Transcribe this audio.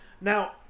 now